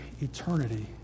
eternity